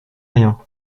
rien